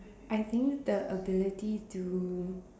I think the ability to